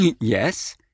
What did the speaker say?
Yes